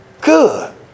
good